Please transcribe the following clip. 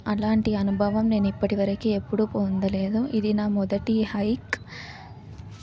అలాంటి అనుభవం నేను ఇప్పటి వరకు ఎప్పుడు పొందలేదు ఇది నా మొదటి హైక్